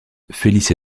felice